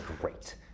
great